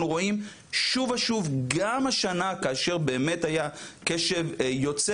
אנחנו רואים שוב ושוב גם השנה כאשר באמת היה קשב יוצא